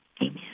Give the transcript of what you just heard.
amen